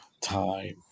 time